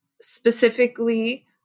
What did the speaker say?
specifically